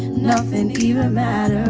nothing even